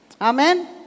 Amen